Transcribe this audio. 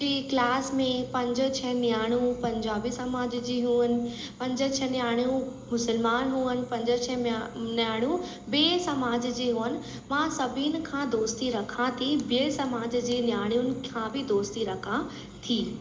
ॿे क्लास में पंज छह न्याणीयूं पंजाबी समाज जी हुअनि पंज छह न्याणीयूं मुस्लमान हुजनि पंज छह नया न्याणीयूं ॿिए समाज जे हुअन मां सभिनि खां दोस्ती रखा थी ॿिएसमाज जे न्याणीयुनि खां बि दोस्ती रखा थी